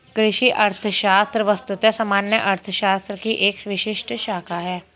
कृषि अर्थशास्त्र वस्तुतः सामान्य अर्थशास्त्र की एक विशिष्ट शाखा है